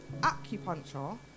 acupuncture